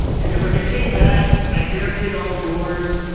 because like i came back, i barricaded all the doors,